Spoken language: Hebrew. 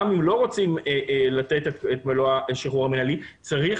גם אם לא רוצים לתת את מלוא השחרור המנהלי צריך